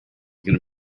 gonna